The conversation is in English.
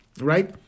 Right